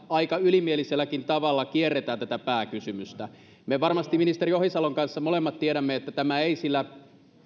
aika ylimieliselläkin tavalla kierretään tätä pääkysymystä me varmasti ministeri ohisalon kanssa molemmat tiedämme että tämä ei sillä